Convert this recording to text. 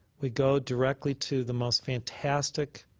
we go directly to the most fantastic